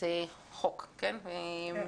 זה חוק, כן?